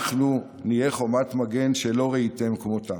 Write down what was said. אנחנו נהיה חומת מגן שלא ראיתם כמותה.